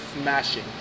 smashing